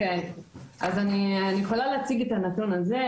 אז אני יכולה להציג את הנתון הזה,